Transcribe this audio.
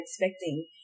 expecting